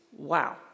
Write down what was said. Wow